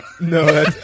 No